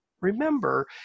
remember